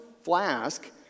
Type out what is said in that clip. flask